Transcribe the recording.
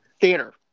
theater